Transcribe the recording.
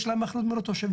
יש להם אחריות מול התושבים.